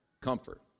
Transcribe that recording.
Comfort